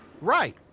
Right